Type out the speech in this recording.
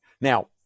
Now